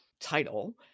title